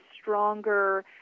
stronger